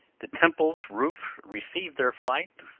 the temple's roof received their flight,